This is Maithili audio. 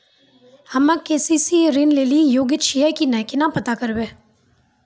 हम्मे के.सी.सी ऋण लेली योग्य छियै की नैय केना पता करबै?